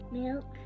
milk